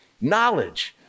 knowledge